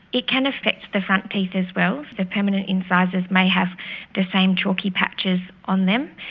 it can affect the front teeth as well, the permanent incisors may have the same chalky patches on them.